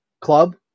club